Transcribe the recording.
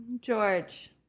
George